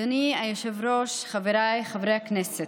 היושב-ראש, חבריי חברי הכנסת.